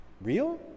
real